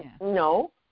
No